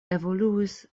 evoluis